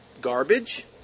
garbage